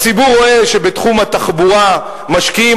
הציבור רואה שבתחום התחבורה משקיעים